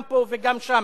גם פה וגם שם,